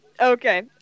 Okay